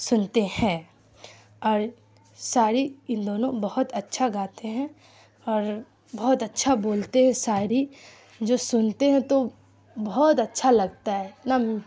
سنتے ہیں اور شاعری ان دونوں بہت اچھا گاتے ہیں اور بہت اچھا بولتے ہیں شاعری جو سنتے ہیں تو بہت اچھا لگتا ہے